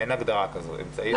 אין הגדרה כזאת.